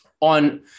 on